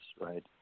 right